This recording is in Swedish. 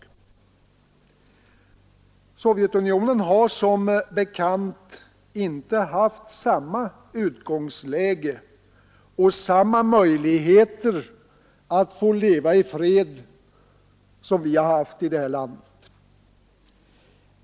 Sovjetunionen har som bekant inte haft samma utgångsläge och samma möjligheter att få leva i fred som vi haft i vårt land.